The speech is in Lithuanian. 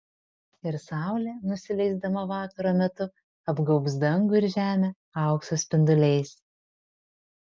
ir saulė nusileisdama vakaro metu apgaubs dangų ir žemę aukso spinduliais